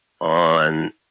on